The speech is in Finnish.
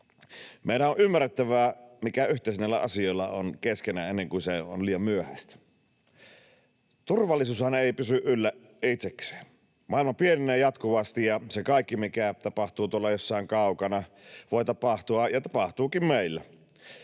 Meidän on ymmärrettävä, mikä yhteys näillä asioilla on keskenään, ennen kuin se on liian myöhäistä. Turvallisuushan ei pysy yllä itsekseen. Maailma pienenee jatkuvasti, ja se kaikki, mikä tapahtuu tuolla jossain kaukana, voi tapahtua ja tapahtuukin meillä.